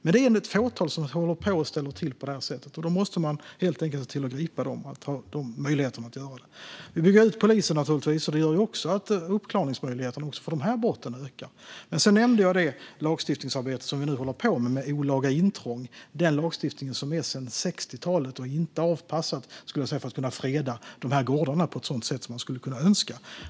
Men det är ändå ett fåtal som ställer till på det här sättet, och då måste man helt enkelt se till att gripa dem och ha möjligheter att göra det. Vi bygger ut polisen, naturligtvis, och det gör också att uppklaringsmöjligheten för de här brotten ökar. Sedan nämnde jag det lagstiftningsarbete som vi nu håller på med. Det gäller lagstiftningen om olaga intrång, som är från 60-talet och inte är avpassad för att kunna freda de här gårdarna på ett sådant sätt som man skulle kunna önska.